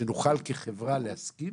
שנוכל כחברה להסכים